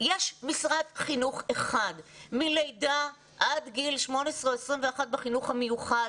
יש משרד חינוך אחד מלידה עד גיל 18 או 21 בחינוך המיוחד.